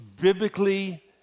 biblically